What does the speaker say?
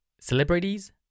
celebrities